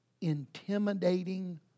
Intimidating